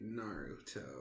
Naruto